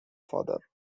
father